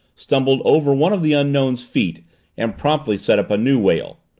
stumbled over one of the unknown's feet and promptly set up a new wail.